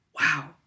Wow